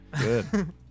Good